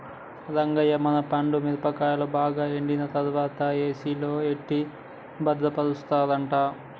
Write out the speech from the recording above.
రంగయ్య మన పండు మిరపకాయలను బాగా ఎండిన తర్వాత ఏసిలో ఎట్టి భద్రపరుస్తారట